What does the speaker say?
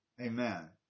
Amen